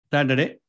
Saturday